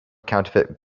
counterfeit